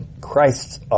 Christ's